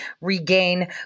regain